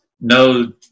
no